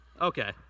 Okay